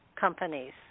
companies